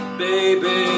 baby